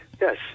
Yes